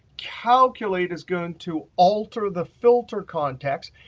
calculate is going to alter the filter context.